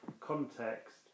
context